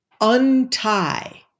untie